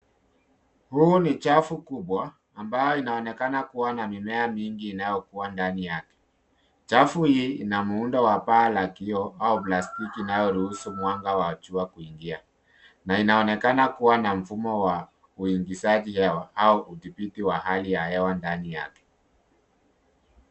Huu ni chafu kubwa ambayo inaonekana kuwa na mimea mingi inayokua ndani yake, chafu hii ina muundo wa paa la kioo au plastiki inayoruhusu mwanga wa jua kuingia na inaonekana kuwa na mfumo wa uingizaji au udhibiti wa hewa ndani yake.